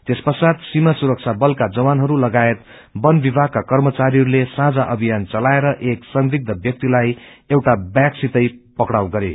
त्यस पश्चात सीमा सुरक्षा बलाका जवानहरू लगायत वन विमागका कप्रचारीहरूले साझा अभ्सान चलाएर एक संदिग्प व्याक्तिलाई एउटा व्याग सितै पक्राउ गरे